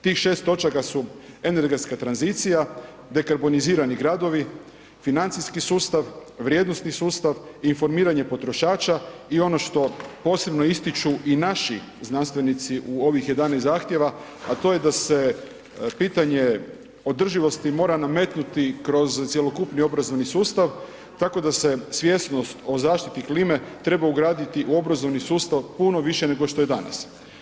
Tih 6 točaka su energetska tranzicija, dekarbonizirani gradovi, financijski sustav, vrijednosni sustav i informiranje potrošača i ono što posebno ističu i naši znanstvenici u ovih 11 zahtjeva, a to je da se pitanje održivosti mora nametnuti kroz cjelokupni obrazovni sustav tako da se svjesnost o zaštiti klime treba ugraditi u obrazovni sustav puno više nego što je danas.